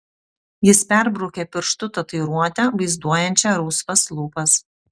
jis perbraukė pirštu tatuiruotę vaizduojančią rausvas lūpas